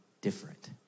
Different